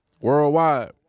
worldwide